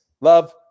love